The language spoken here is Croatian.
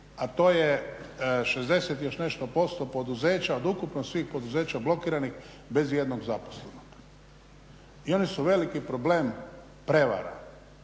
nešto posto poduzeća od ukupno svih poduzeća blokiranih bez ijednog zaposlenog. I oni su veliki problem prevara